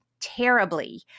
terribly